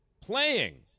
playing